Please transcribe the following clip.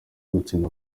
gutsinda